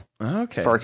Okay